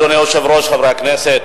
אדוני היושב-ראש, חברי הכנסת,